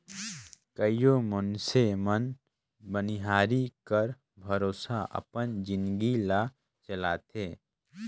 कइयो मइनसे मन बनिहारी कर भरोसा अपन जिनगी ल चलाथें